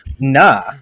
nah